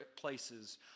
places